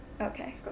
Okay